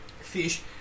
fish